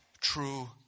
true